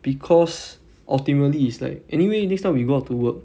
because ultimately it's like anyway next time when you go out to work